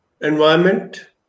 Environment